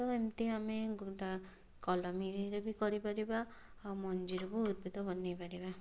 ତ ଏମିତି ଆମେ ଗୁଦା କଲମୀରେ ବି କରିପାରିବା ଆଉ ମଞ୍ଜିରୁ ବି ଉଦ୍ଭିଦ ବନେଇପାରିବା